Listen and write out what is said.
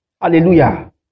hallelujah